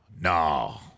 No